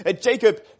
Jacob